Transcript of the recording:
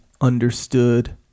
understood